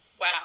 wow